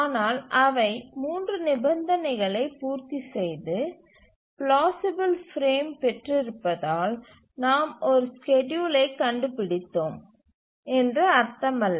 ஆனால் அவை 3 நிபந்தனைகளை பூர்த்திசெய்து ப்ளாசிபில் பிரேம் பெற்றிருப்பதால் நாம் ஒரு ஸ்கெட்யூலை கண்டுபிடித்தோம் என்று அர்த்தமல்ல